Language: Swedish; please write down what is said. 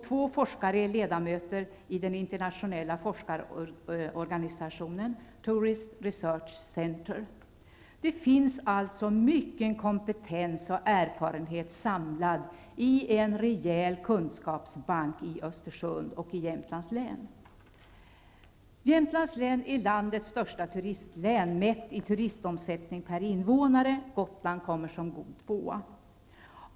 Två forskare är ledamöter i den internationella forskarorganisationen Tourist Research Center. Det finns alltså mycken kompetens och erfarenhet samlad i en rejäl kunskapsbank i Östersund och i Jämtlands län är landets största turistlän mätt i turistomsättning per invånare, och Gotland kommer som god tvåa.